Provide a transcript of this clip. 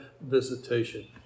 visitation